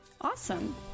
Awesome